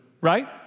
right